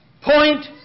Point